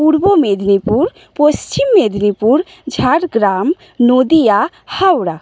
Purba Medinipur Paschim Medinipur Jhargram Nadia Howrah